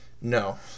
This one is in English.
no